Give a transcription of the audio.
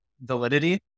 validity